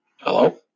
Hello